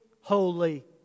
holy